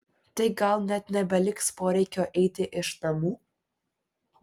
tai gal net nebeliks poreikio eiti iš namų